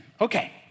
Okay